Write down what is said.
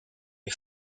les